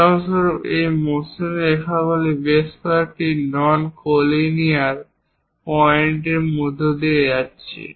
উদাহরণস্বরূপ একটি মসৃণ বক্ররেখা বেশ কয়েকটি নন কোলিনিয়ার পয়েন্টের মধ্য দিয়ে যাচ্ছে